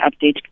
update